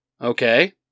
Okay